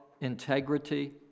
integrity